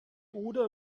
oder